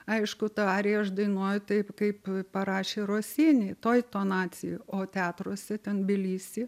aišku tą ariją aš dainuoju taip kaip parašė rosini toj tonacijoj o teatruose ten tbilisy